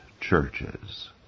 churches